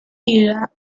era